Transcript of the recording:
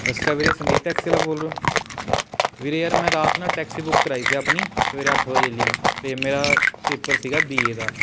ਸਤਿ ਸ਼੍ਰੀ ਅਕਾਲ ਵੀਰੇ ਸੰਦੀਪ ਟੈਕਸੀ ਵਾਲਾ ਬੋਲ ਰਹੇ ਹੋ ਵੀਰੇ ਯਾਰ ਮੈਂ ਰਾਤ ਨਾ ਟੈਕਸੀ ਬੁੱਕ ਕਰਵਾਈ ਸੀ ਆਪਣੀ ਸਵੇਰੇ ਅੱਠ ਵਜੇ ਲਈ ਅਤੇ ਮੇਰਾ ਪੇਪਰ ਸੀਗਾ ਬੀ ਏ ਦਾ